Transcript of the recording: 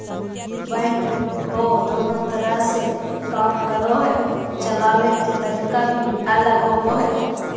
backhoe दोनों तरह से काम करो हइ, चलाबे के तरीका भी अलग होबो हइ